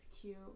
cute